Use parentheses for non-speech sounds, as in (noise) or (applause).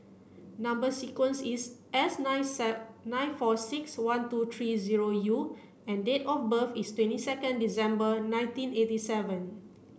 number sequence is S nine (unintelligible) nine four six one two three zero U and date of birth is twenty second December nineteen eighty seven